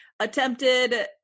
attempted